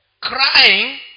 Crying